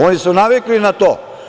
Oni su navikli na to.